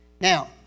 Now